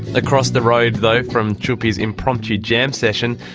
across the road though from tjupi's impromptu jam session,